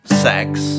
Sex